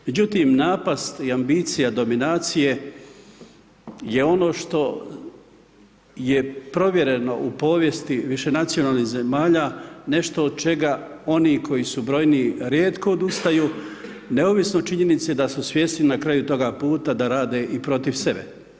Međutim, napast i ambicija dominacije je ono što je provjereno u povijesti višenacionalnih zemalja nešto od čega oni koji su brojniji rijetko odustaju, neovisno o činjenici da su svjesni na kraju toga puta da rade i protiv sebe.